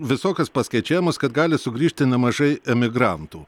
visokius paskaičiavimus kad gali sugrįžti nemažai emigrantų